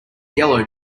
yellow